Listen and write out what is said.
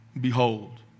Behold